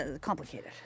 complicated